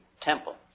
temple